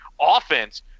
offense